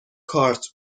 کارت